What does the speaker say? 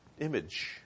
image